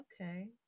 Okay